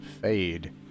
fade